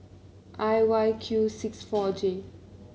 I Y Q six four J